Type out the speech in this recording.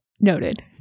Noted